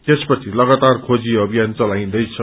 त्यसपछि लगातार खोजी अभियान चलाइन्दैछ